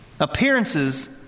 Appearances